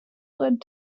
led